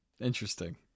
Interesting